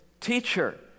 teacher